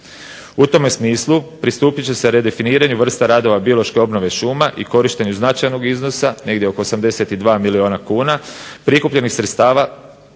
U tome smislu pristupit će se redefiniranju vrsta radova biološke obnove šuma i korištenju značajnog iznosa negdje oko 82 milijuna kuna prikupljenih sredstava